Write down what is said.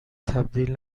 تبدیل